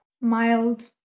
mild